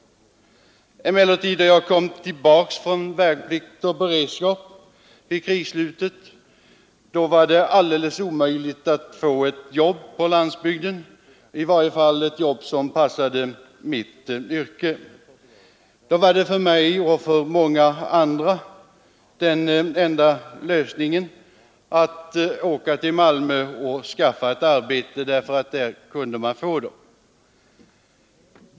Emellertid var det — när jag kom tillbaka från värnplikt och beredskap vid krigsslutet — alldeles omöjligt att få ett jobb på landsbygden, i varje fall ett som passade min yrkesutbildning. Då var för mig och många andra den enda lösningen att åka till Malmö och skaffa ett arbete — därför att där kunde man få det.